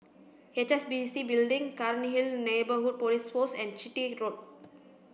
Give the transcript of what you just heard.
H S B C Building Cairnhill Neighbourhood Police Post and Chitty Road